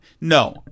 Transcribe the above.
No